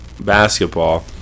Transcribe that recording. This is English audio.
basketball